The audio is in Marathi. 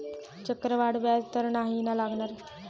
चक्रवाढ व्याज तर नाही ना लागणार?